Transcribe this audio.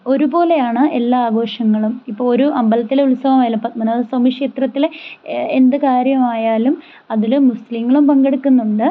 ഒരുപോലെയാണ് എല്ലാ ആഘോഷങ്ങളും ഇപ്പോൾ ഒരു അമ്പലത്തിൽ ഉത്സവം ആയാലും പത്മനാഭസ്വാമിക്ഷേത്രത്തിലെ എന്ത് കാര്യമായാലും അതിൽ മുസ്ലിങ്ങളും പങ്കെടുക്കുന്നുണ്ട്